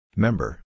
Member